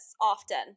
often